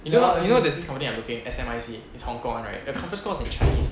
you know you know there's this company I looking S_M_I_T is hong kong [one] right the conference call is in chinese